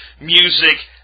music